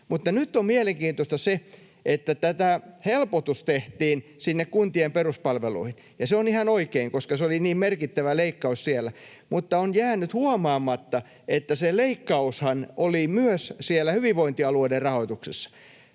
Nyt on mielenkiintoista se, että tämä helpotus tehtiin sinne kuntien peruspalveluihin, ja se on ihan oikein, koska se oli niin merkittävä leikkaus siellä. Mutta on jäänyt huomaamatta, että se leikkaushan oli myös hyvinvointialueiden rahoituksessa.